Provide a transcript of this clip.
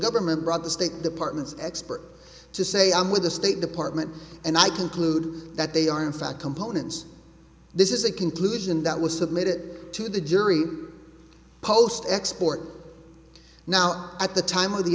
government brought the state department's expert to say i'm with the state department and i conclude that they are in fact components this is a conclusion that was submitted to the jury post export now at the time of the